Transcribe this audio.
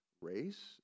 race